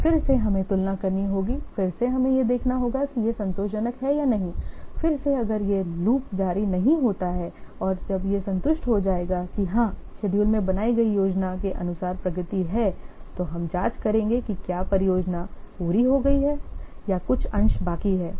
और फिर से हमें तुलना करनी होगी फिर से हमें यह देखना होगा कि यह संतोषजनक है या नहीं फिर से अगर यह लूप जारी नहीं होता है और जब यह संतुष्ट हो जाएगा कि हां शेड्यूल में बनाई गई योजना के अनुसार प्रगति है तो हम जांच करेंगे कि क्या परियोजना पूरी हो गई है या कुछ अंश बाकी हैं